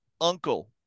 Uncle